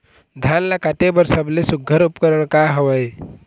धान ला काटे बर सबले सुघ्घर उपकरण का हवए?